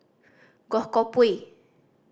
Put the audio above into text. Goh Koh Pui